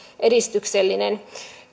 edistyksellinen